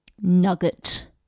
nugget